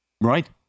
Right